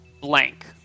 blank